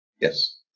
Yes